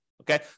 Okay